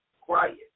quiet